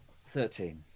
Thirteen